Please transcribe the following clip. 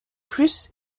plus